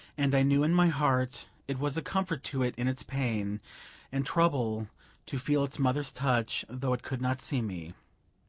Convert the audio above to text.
and i knew in my heart it was a comfort to it in its pain and trouble to feel its mother's touch, though it could not see me.